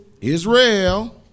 Israel